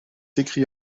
écrit